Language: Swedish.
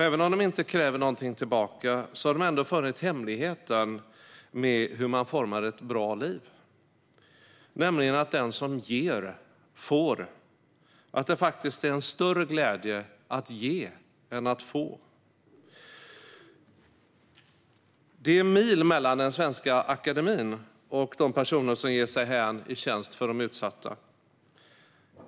Även om de inte kräver någonting tillbaka har de ändå funnit hemligheten med hur man formar ett bra liv: Den som ger får, och det är faktiskt en större glädje att ge än att få. Det är mil mellan Svenska Akademien och de personer som ger sig hän i tjänst för de utsatta.